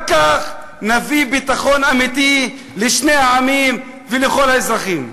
רק כך נביא ביטחון אמיתי לשני העמים ולכל האזרחים.